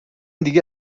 دیگه